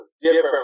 different